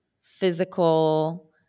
physical